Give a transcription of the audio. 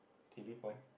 T_V point